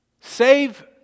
Save